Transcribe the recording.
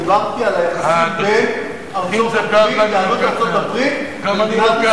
דיברתי על היחסים בין יהדות ארצות-הברית למדינת ישראל.